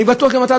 אני בטוח שגם אתה,